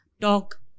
Talk